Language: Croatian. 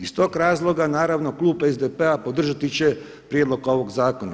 Iz tog razloga naravno klub SDP-a podržati će prijedlog ovog zakona.